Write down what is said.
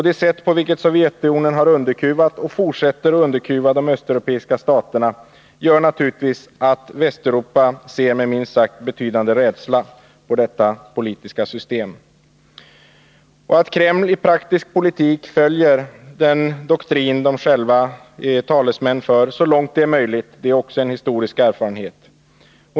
Det sätt på vilket Sovjetunionen har underkuvat och fortsätter att underkuva de östeuropeiska staterna gör naturligtvis att Västeuropa ser med — minst sagt — betydande rädsla på detta politiska system. Att Kreml i praktisk politik följer den doktrin som Kreml självt är talesman för så långt detta är möjligt är också en historisk erfarenhet.